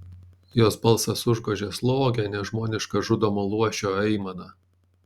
jos balsas užgožė slogią nežmonišką žudomo luošio aimaną